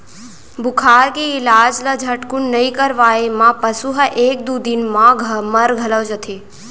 बुखार के इलाज ल झटकुन नइ करवाए म पसु ह एक दू दिन म मर घलौ जाथे